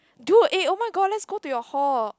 dude eh oh-my-god let's go to your hall